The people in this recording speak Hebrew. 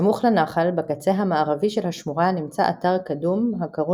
נחל אל על מתלכד יחד עם ואדי